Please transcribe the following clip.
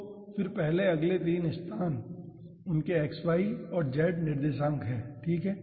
और फिर अगले 3 स्थान उनके x y और z निर्देशांक हैं ठीक है